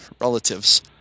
relatives